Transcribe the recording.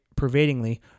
pervadingly